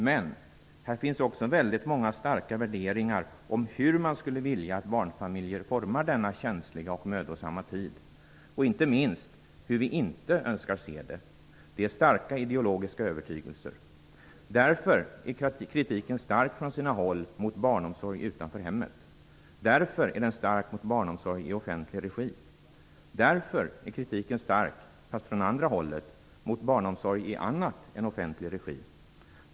Men här finns också väldigt många starka värderingar om hur man skulle vilja att barnfamiljer formar denna känsliga och mödosamma tid och inte minst hur vi inte önskar se det. Det är starka ideologiska övertygelser. Därför är kritiken stark på sina håll mot barnomsorg utanför hemmet. Därför är den stark mot barnomsorg i offentlig regi. Därför är kritiken stark, fast från andra hållet, mot barnomsorg i annat än offentlig regi.